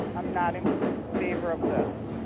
i'm not in favor of this.